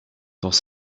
dans